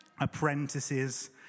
apprentices